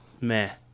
meh